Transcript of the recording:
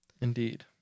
Indeed